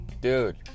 Dude